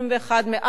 מעל גיל 20,